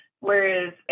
Whereas